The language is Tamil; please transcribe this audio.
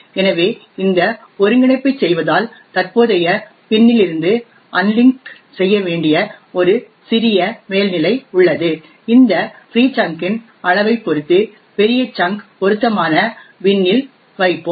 எனவே இந்த ஒருங்கிணைப்பைச் செய்வதால் தற்போதைய pin இருந்து அன்லிங்க் செய்ய வேண்டிய ஒரு சிறிய மேல்நிலை உள்ளது இந்த ஃப்ரீ சங்க் இன் அளவைப் பொறுத்து பெரிய சங்க் பொருத்தமான பின்யில் வைப்போம்